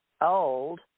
old